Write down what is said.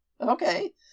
okay